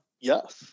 yes